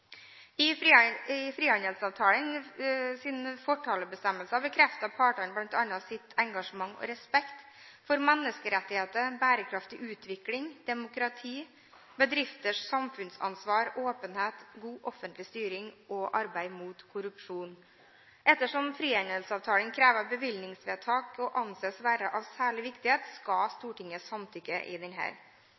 direkte koblinger mellom frihandelsavtalen og sideavtalen. I frihandelsavtalens fortalebestemmelser bekrefter partene bl.a. sitt engasjement og sin respekt for menneskerettigheter, bærekraftig utvikling, demokrati, bedrifters samfunnsansvar, åpenhet, god offentlig styring og arbeid mot korrupsjon. Ettersom frihandelsavtalen krever bevilgningsvedtak og anses være av særlig viktighet, skal Stortinget samtykke i